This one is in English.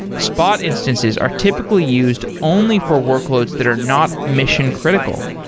spot instances are typically used only for workloads that are not mission critical.